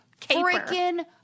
freaking